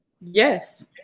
Yes